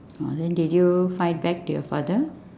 orh then did you fight back to your father